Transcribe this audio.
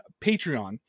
Patreon